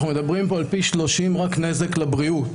אנחנו מדברים פה על פי 30 רק נזק לבריאות.